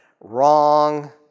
Wrong